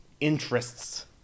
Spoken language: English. interests